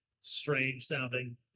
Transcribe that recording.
strange-sounding